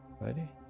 ready